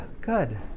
good